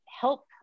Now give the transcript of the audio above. help